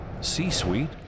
C-Suite